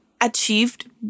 achieved